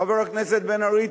חבר הכנסת בן-ארי,